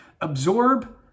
Absorb